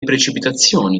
precipitazioni